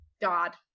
God